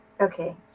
okay